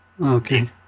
Okay